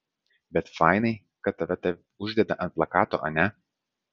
bet fainai kad tave taip uždeda ant plakato ane